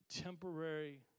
temporary